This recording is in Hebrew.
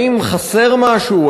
האם חסר משהו?